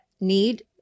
need